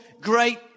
great